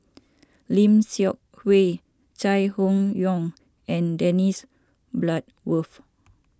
Lim Seok Hui Chai Hon Yoong and Dennis Bloodworth